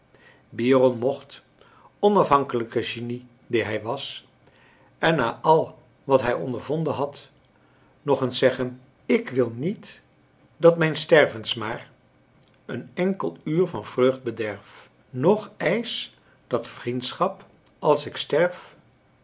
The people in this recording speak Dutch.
byron mocht onafhankelijke genie die hij was en na al wat hij ondervonden had nog eens zeggen ik wil niet dat mijn stervensmaar een enkel uur van vreugd bederf noch eisch dat vriendschap als ik sterf